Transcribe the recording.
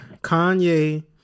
Kanye